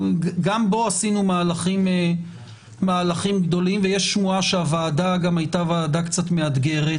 גם בו עשינו מהלכים גדולים ויש שמועה שהוועדה הייתה ועדה קצת מאתגרת,